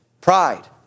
pride